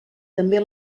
també